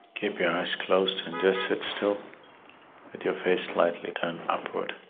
keep your eyes closed and just sit still, with your face slightly turned upward.